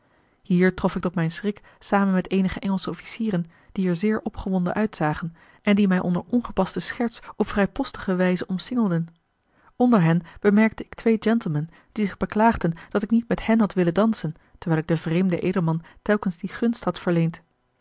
hier trof ik tot mijn schrik samen met eenige engelsche officieren die er zeer opgewonden uitzagen en die mij onder ongepaste scherts op vrijpostige wijze omsingelden onder hen bemerkte ik twee gentlemen die zich beklaagden dat ik niet met hen had willen dansen terwijl ik den vreemden edelman telkens die gunst had verleend